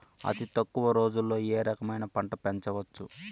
అతి తక్కువ రోజుల్లో ఏ రకమైన పంట పెంచవచ్చు?